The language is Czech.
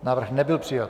Návrh nebyl přijat.